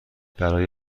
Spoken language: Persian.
برای